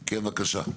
כן, בבקשה?